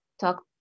talk